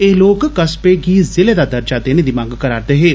एह् लोक कस्बे गी जिले दा दर्जा देने दी मंग करा'रदे हे